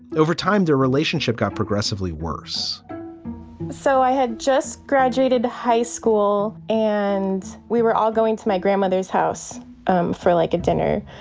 over time, the relationship got progressively worse so i had just graduated high school and we were all going to my grandmother's house for like dinner.